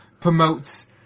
promotes